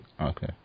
Okay